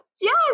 Yes